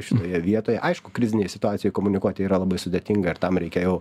šitoje vietoje aišku krizinėj situacijoj komunikuoti yra labai sudėtinga ir tam reikia jau